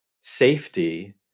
safety